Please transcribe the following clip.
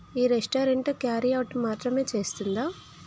ఈ restaurant carry out మాత్రమే చేస్తుందా